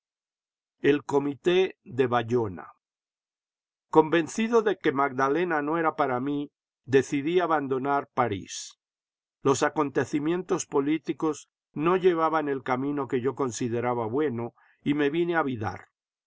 el comité de bayona convencido de que magdalena no era para mí decidí abandonar parís los acontecimientos políticos no llevaban el camino que yo consideraba bueno y me vine a bidart